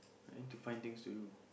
I need to find things to do